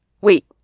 Wait